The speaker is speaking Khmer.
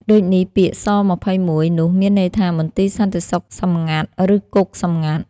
ដូចនេះ ពាក្យ ស.២១ នោះមានន័យថា មន្ទីរសន្តិសុខសុខសម្ងាត់ ឬគុកសម្ងាត់។